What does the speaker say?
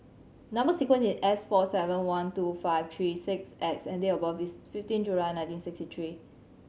number sequence is S four seven one two five three six X and date of birth is fifteen July nineteen sixty three